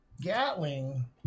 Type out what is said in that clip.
Gatling